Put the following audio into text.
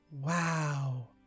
Wow